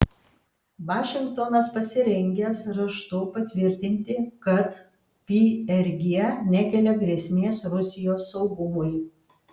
vašingtonas pasirengęs raštu patvirtinti kad prg nekelia grėsmės rusijos saugumui